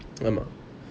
ஆமா:ama